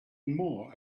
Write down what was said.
more